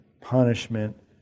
punishment